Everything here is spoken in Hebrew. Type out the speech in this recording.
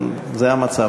אם זה המצב,